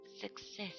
Success